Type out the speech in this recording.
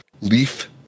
leaf